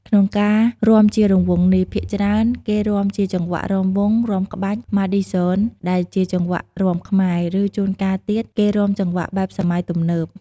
ក្នុងការរាំជារង្វង់នេះ ភាគច្រើនគេរាំជាចង្វាក់រាំវង់ រាំក្បាច់ ម៉ាឌីហ្សុន ដែលជាចង្វាក់រាំខ្មែរ ឬ ជួនកាលទៀត គេរាំចង្វាក់បែបសម័យទំនើប។